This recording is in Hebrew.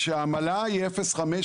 כשהעמלה היא 0.5,